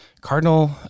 Cardinal